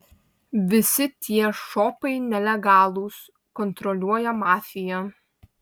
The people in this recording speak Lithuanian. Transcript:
visi tie šopai nelegalūs kontroliuoja mafija